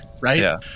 right